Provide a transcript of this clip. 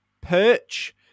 Perch